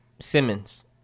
Simmons